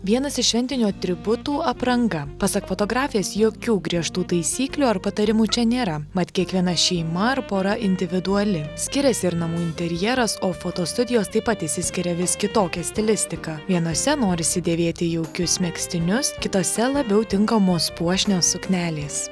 vienas iš šventinių aributų apranga pasak fotografės jokių griežtų taisyklių ar patarimų čia nėra mat kiekviena šeima ar pora individuali skiriasi ir namų interjeras o fotostudijos taip pat išsiskiria vis kitokia stilistika vienose norisi dėvėti jaukius megztinius kitose labiau tinkamos puošnios suknelės